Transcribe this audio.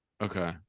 okay